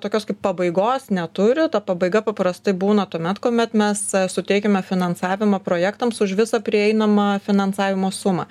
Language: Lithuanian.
tokios kaip pabaigos neturi ta pabaiga paprastai būna tuomet kuomet mes suteikiame finansavimą projektams už visą prieinamą finansavimo sumą